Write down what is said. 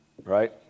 Right